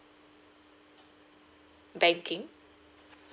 banking